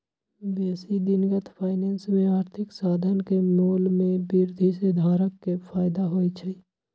बेशी दिनगत फाइनेंस में आर्थिक साधन के मोल में वृद्धि से धारक के फयदा होइ छइ